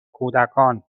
کودکان